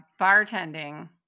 bartending –